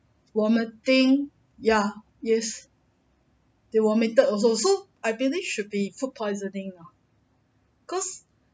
vomiting yeah yes they vomited also so I believe should be food poisoning ah cause